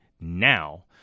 now